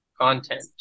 content